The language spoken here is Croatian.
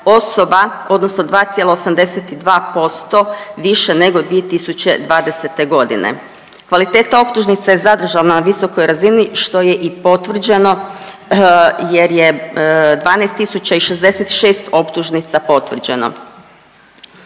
osoba odnosno 2,82% više nego 2020.g.. Kvaliteta optužnica je zadržana na visokoj razini, što je i potvrđeno jer je 12 tisuća i 66 optužnica potvrđeno.